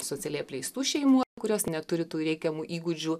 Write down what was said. socialiai apleistų šeimų kurios neturi tų reikiamų įgūdžių